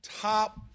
top